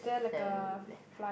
so